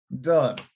done